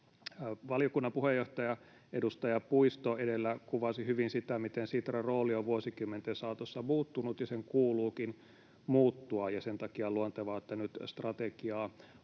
Valiokunnan puheenjohtaja, edustaja Puisto edellä kuvasi hyvin sitä, miten Sitran rooli on vuosikymmenten saatossa muuttunut ja sen kuuluukin muuttua, ja sen takia on luontevaa, että nyt strategiaa